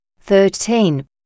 thirteen